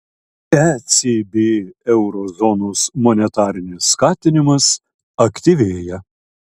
ecb euro zonos monetarinis skatinimas aktyvėja